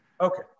Okay